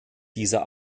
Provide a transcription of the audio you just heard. dieser